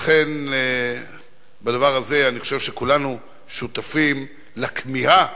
לכן, בדבר הזה אני חושב שכולנו שותפים לכמיהה